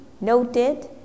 noted